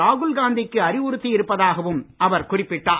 ராகுல் காந்தி க்கு அறிவுறுத்தி இருப்பதாகவும் அவர் குறிப்பிட்டார்